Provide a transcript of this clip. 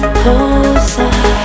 closer